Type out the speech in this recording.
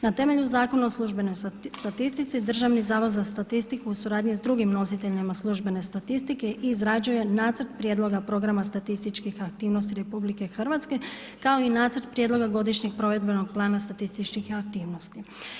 Na temelju Zakona o službenoj statistici Državni zavod za statistiku u suradnji s drugim nositeljima službene statistike izrađuje Nacrt prijedloga programa statističkih aktivnosti RH, kao i Nacrt prijedloga godišnjeg provedbenog plana statističkih aktivnosti.